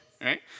right